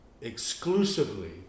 exclusively